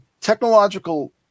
technological